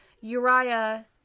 Uriah